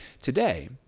today